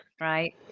right